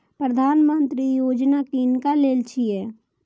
प्रधानमंत्री यौजना किनका लेल छिए?